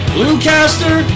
Bluecaster